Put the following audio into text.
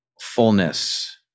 fullness